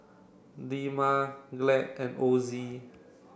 Dilmah Glad and Ozi